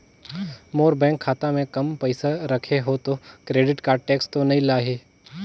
मोर bank खाता मे काम पइसा रखे हो तो क्रेडिट कारड टेक्स तो नइ लाही???